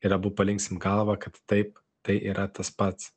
ir abu paliksim galva kad taip tai yra tas pats